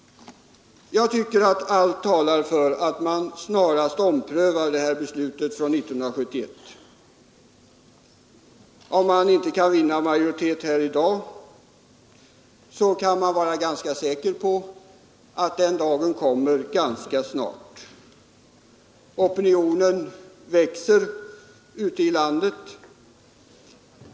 Jag tycker att allt talar för att man snarast omprövar det här beslutet från 1971. Om detta förslag inte nu vinner majoritet, kan man dock vara rätt säker på att den dagen kommer ganska snart. Opinionen växer ute i landet.